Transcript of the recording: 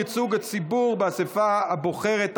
ייצוג הציבור באסיפה הבוחרת),